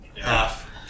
half